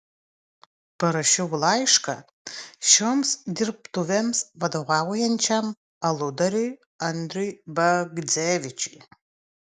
parašiau laišką šioms dirbtuvėms vadovaujančiam aludariui andriui bagdzevičiui